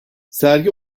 sergi